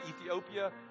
ethiopia